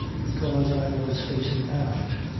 because i was facing aft.